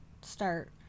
start